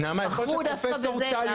בחור דווקא בזה.